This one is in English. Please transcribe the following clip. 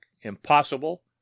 impossible